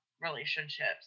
relationships